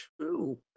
true